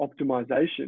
optimization